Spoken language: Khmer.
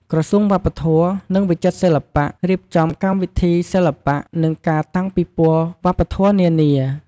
ក្រសួងវប្បធម៌ និងវិចិត្រសិល្បៈ រៀបចំកម្មវិធីសិល្បៈ និងការតាំងពិព័រណ៍វប្បធម៌នានា។